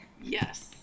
Yes